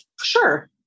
sure